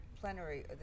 plenary